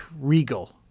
Regal